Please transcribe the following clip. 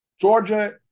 Georgia